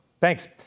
Thanks